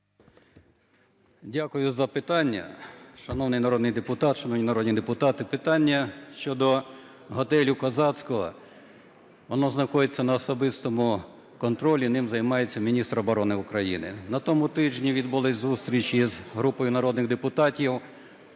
депутат, шановні народні депутати, питання щодо готелю "Козацького", воно знаходиться на особистому контролі, ним займається міністр оборони України. На тому тижні відбулися зустрічі із групою народних депутатів,